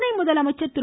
துணை முதலமைச்சர் திரு